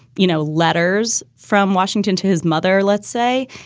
you know, letters from washington to his mother, let's say,